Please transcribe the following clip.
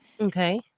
Okay